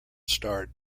starred